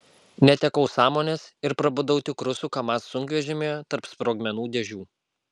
netekau sąmonės ir prabudau tik rusų kamaz sunkvežimyje tarp sprogmenų dėžių